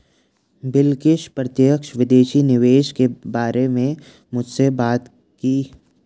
बिलकिश प्रत्यक्ष विदेशी निवेश के बारे में मुझसे बात की